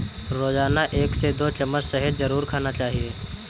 रोजाना एक से दो चम्मच शहद जरुर खाना चाहिए